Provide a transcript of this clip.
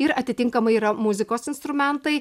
ir atitinkamai yra muzikos instrumentai